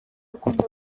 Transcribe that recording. bakunda